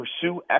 pursue